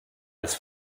als